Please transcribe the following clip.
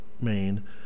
main